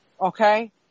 Okay